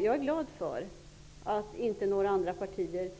Jag är glad att inte några andra partier